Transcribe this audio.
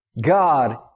God